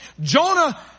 Jonah